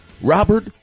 Robert